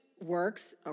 works